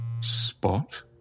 spot